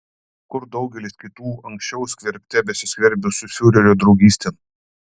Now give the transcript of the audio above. kur daugelis kitų anksčiau skverbte besiskverbusių fiurerio draugystėn